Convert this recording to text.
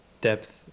depth